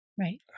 Right